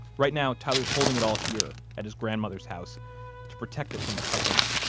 right now, tyler's holding it all here at his grandmother's house to protect it from the cousins.